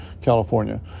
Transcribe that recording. California